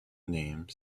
named